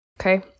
okay